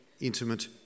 intimate